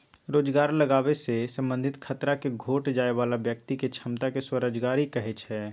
रोजगार लागाबे से संबंधित खतरा के घोट जाय बला व्यक्ति के क्षमता के स्वरोजगारी कहै छइ